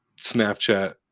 snapchat